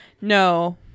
No